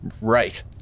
Right